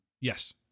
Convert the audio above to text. Yes